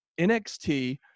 NXT